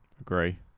Agree